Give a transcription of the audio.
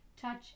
touch